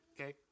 okay